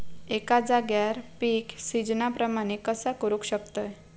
एका जाग्यार पीक सिजना प्रमाणे कसा करुक शकतय?